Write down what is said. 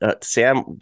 Sam